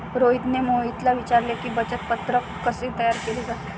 रोहितने मोहितला विचारले की, बचत पत्रक कसे तयार केले जाते?